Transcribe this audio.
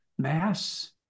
Mass